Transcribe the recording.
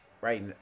right